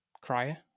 crier